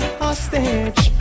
hostage